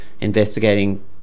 investigating